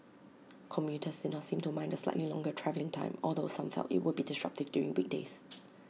commuters did not seem to mind the slightly longer travelling time although some felt IT would be disruptive during weekdays